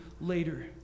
later